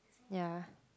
ya